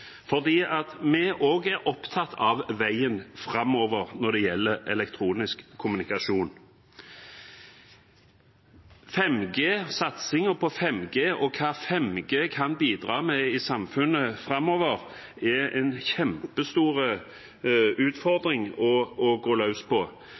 vi også er opptatt av veien framover når det gjelder elektronisk kommunikasjon. Satsingen på 5G og hva 5G kan bidra med i samfunnet framover, er en kjempestor